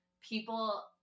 People